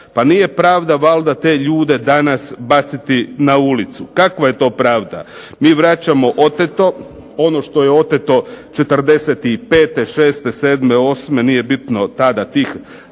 Pa nije pravda valjda te ljude danas baciti na ulicu. Kakva je to pravda? Mi vraćamo oteto, ono što je oteto '45., '46., '47., '48. nije bitno tada tih